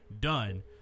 done